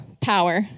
power